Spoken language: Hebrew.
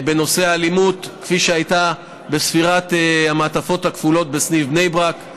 בנושא האלימות כפי שהייתה בספירת המעטפות הכפולות בסניף בני ברק.